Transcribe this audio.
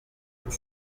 pour